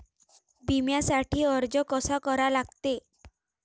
बिम्यासाठी अर्ज कसा करा लागते?